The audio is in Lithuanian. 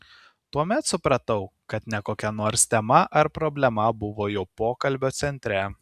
tuomet supratau kad ne kokia nors tema ar problema buvo jų pokalbio centre